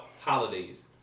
holidays